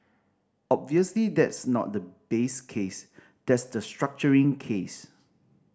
obviously that's not the base case that's the structuring case